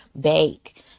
bake